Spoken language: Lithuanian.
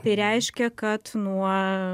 tai reiškia kad nuo